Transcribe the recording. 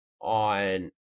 on